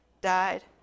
died